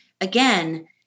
again